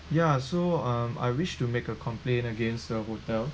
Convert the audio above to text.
yeah so um I wish to make a complaint against the hotel